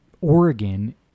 Oregon